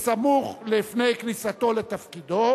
סמוך לפני כניסתו לתפקידו,